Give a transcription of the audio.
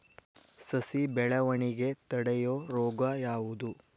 ಸಸಿ ಬೆಳವಣಿಗೆ ತಡೆಯೋ ರೋಗ ಯಾವುದು?